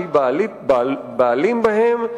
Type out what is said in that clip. שהיא בעלים בהן,